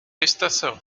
estação